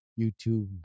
YouTube